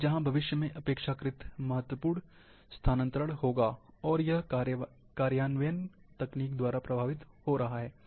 लेकिन जहां भविष्य में अपेक्षाकृत महत्वपूर्ण स्थानांतरण होगा और यह कार्यान्वयन तकनीक द्वारा प्रभावित हो रहा है